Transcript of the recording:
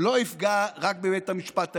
לא יפגע רק בבית המשפט העליון,